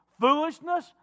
foolishness